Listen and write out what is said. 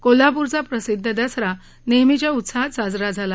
कोल्हापूरचा प्रसिद्ध दसरा नेहमीच्या उत्साहात साजरा झाला